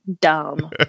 dumb